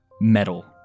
metal